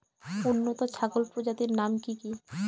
উন্নত ছাগল প্রজাতির নাম কি কি?